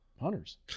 hunters